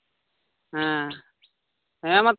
ᱦᱮᱸ ᱦᱮᱸ ᱢᱟ